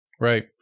Right